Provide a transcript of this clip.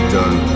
done